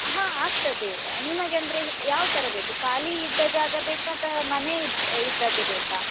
ಹಾಂ ಆಗ್ತದೆ ನಿಮಗೆ ಅಂದರೆ ಯಾವ ಥರ ಬೇಕು ಖಾಲಿ ಇದ್ದ ಜಾಗ ಬೇಕ ಅತ ಮನೆ ಇದ್ದ ಇದ್ದದ್ದೆ ಬೇಕ